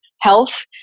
health